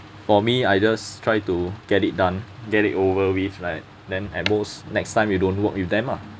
for me I just try to get it done get it over with like then at most next time you don't work with them lah